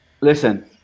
Listen